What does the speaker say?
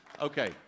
Okay